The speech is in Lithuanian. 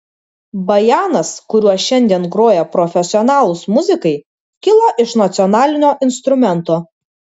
bajanas kuriuo šiandien groja profesionalūs muzikai kilo iš nacionalinio instrumento